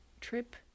trip